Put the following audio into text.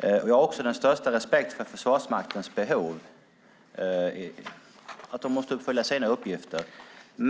Jag har också den största respekt för Försvarsmaktens behov och att de måste uppfylla sina uppgifter.